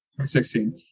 2016